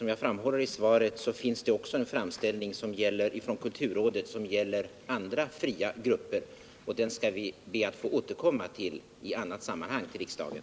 Som jag framhåller i mitt svar finns också en framställning från kulturrådet som gäller andra fria grupper, och den skall vi be att få återkomma till i annat sammanhang till riksdagen.